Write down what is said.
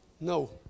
No